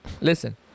listen